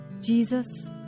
Jesus